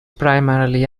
primarily